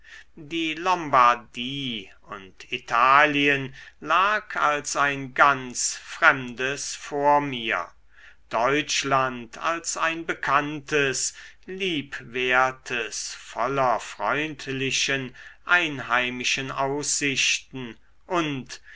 die lombardie und italien lag als ein ganz fremdes vor mir deutschland als ein bekanntes liebwertes voller freundlichen einheimischen aussichten und